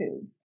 foods